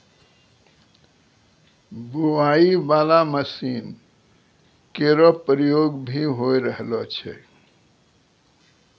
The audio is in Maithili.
बोआई बाला मसीन केरो प्रयोग भी होय रहलो छै